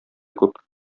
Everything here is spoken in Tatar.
күп